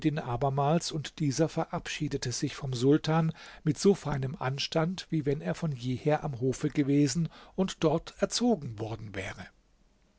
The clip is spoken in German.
abermals und dieser verabschiedete sich vom sultan mit so feinem anstand wie wenn er von jeher am hofe gewesen und dort erzogen worden wäre